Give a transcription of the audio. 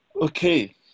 Okay